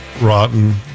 rotten